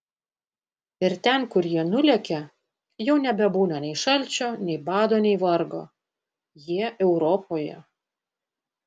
ir ten kur jie nulekia jau nebebūna nei šalčio nei bado nei vargo jie europoje